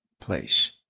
place